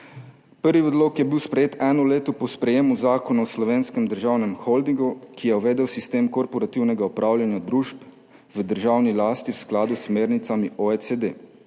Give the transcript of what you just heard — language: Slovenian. Prvi odlok je bil sprejet eno leto po sprejetju Zakona o Slovenskem državnem holdingu, ki je uvedel sistem korporativnega upravljanja družb v državni lasti v skladu s smernicami OECD.